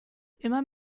immer